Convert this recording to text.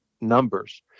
numbers